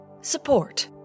Support